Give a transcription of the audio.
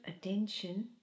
attention